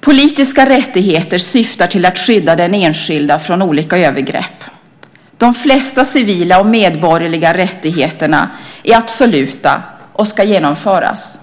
Politiska rättigheter syftar till att skydda den enskilda från olika övergrepp. De flesta civila och medborgerliga rättigheterna är absoluta och ska genomföras.